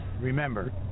Remember